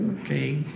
okay